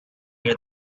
near